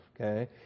okay